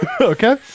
Okay